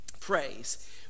praise